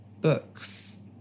books